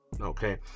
okay